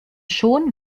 schon